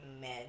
men